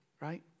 right